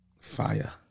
Fire